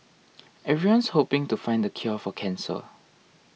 everyone's hoping to find the cure for cancer